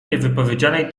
niewypowiedzianej